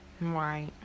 right